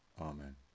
Amen